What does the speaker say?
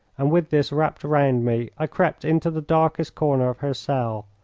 and with this wrapped round me i crept into the darkest corner of her cell.